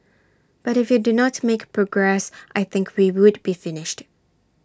but if you do not make progress I think we would be finished